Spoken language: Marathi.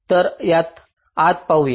तर आपण यात पाहूया